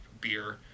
beer